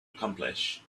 accomplish